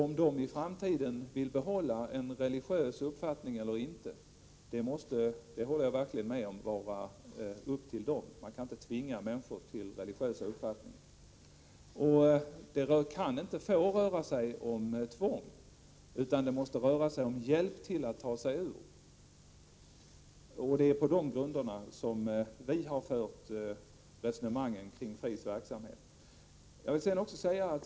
Om ungdomarna i framtiden vill behålla en religiös uppfattning eller inte måste — det håller jag verkligen med om — vara en fråga drag åt Föreningen Rädda individen som de själva skall avgöra. Man kan inte tvinga människor att hysa religiösa uppfattningar. Det får inte röra sig om tvång, utan måste vara hjälp att ta sig ur en situation. Det är på de grunderna som vi har fört resonemangen kring FRI:s verksamhet.